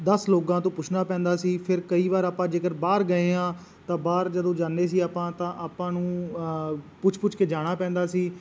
ਦਸ ਲੋਕਾਂ ਤੋਂ ਪੁੱਛਣਾ ਪੈਂਦਾ ਸੀ ਫਿਰ ਕਈ ਵਾਰ ਆਪਾਂ ਜੇਕਰ ਬਾਹਰ ਗਏ ਹਾਂ ਤਾਂ ਬਾਹਰ ਜਦੋਂ ਜਾਂਦੇ ਸੀ ਆਪਾਂ ਤਾਂ ਆਪਾਂ ਨੂੰ ਪੁੱਛ ਪੁੱਛ ਕੇ ਜਾਣਾ ਪੈਂਦਾ ਸੀ